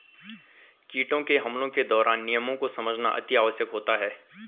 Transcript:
कीटों के हमलों के दौरान नियमों को समझना अति आवश्यक होता है